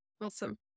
Awesome